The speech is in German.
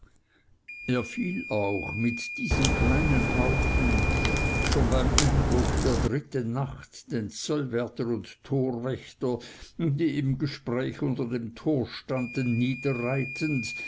er fiel auch mit diesem kleinen haufen schon beim einbruch der dritten nacht den zollwärter und torwächter die im gespräch unter dem tor standen